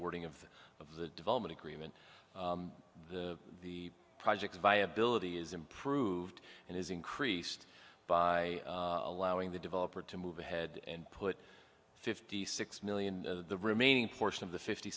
wording of of the development agreement the project viability is improved and is increased by allowing the developer to move ahead and put fifty six million the remaining portion of the fifty